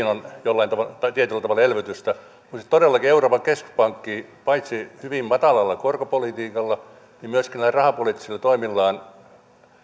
on tietyllä tavalla elvytystä todellakin euroopan keskuspankki paitsi hyvin matalalla korkopolitiikalla myöskin näillä rahapoliittisilla toimillaan